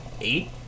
eight